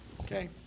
Okay